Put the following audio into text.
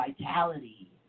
vitality